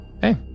Hey